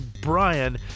Brian